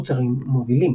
מוצרים מובילים